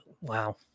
Wow